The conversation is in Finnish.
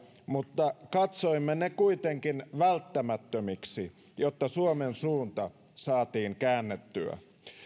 mutta katsoimme ne kuitenkin välttämättömiksi jotta suomen suunta saatiin käännettyä